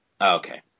Okay